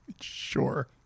Sure